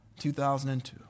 2002